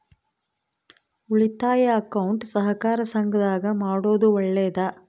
ಉಳಿತಾಯ ಅಕೌಂಟ್ ಸಹಕಾರ ಸಂಘದಾಗ ಮಾಡೋದು ಒಳ್ಳೇದಾ?